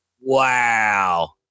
Wow